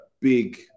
big